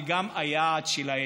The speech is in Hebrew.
וגם היעד שלהן.